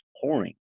pouring